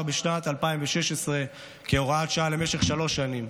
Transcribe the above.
בשנת 2016 כהוראת שעה למשך שלוש שנים,